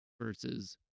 versus